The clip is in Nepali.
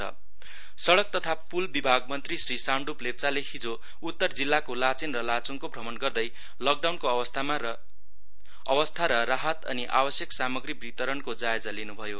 मिनिस्टर सामङ्प लेप्चा सड़क तथा पूल विभाग मन्त्री श्री सामडुप लेप्चाले हिजो उत्तर जिल्लाको लाचेन र लाचुङको भ्रमण गर्दै लकडाउनको अवस्था र राहत अनि आवश्यक सामग्री वितरणको जायजा लिनु भयो